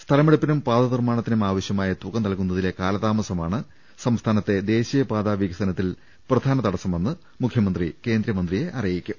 സ്ഥലമെടുപ്പിനും പാത നിർമ്മാണത്തിനും ആവശ്യമായ തുക നൽകുന്നതിലെ കാലതാമസമാണ് ദേശീയ പാതാ വികസന ത്തിൽ പ്രധാന തടസമെന്ന് മുഖ്യമന്ത്രി കേന്ദ്രമന്ത്രിയെ അറിയിക്കും